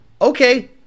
okay